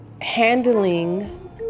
handling